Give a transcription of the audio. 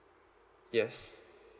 yes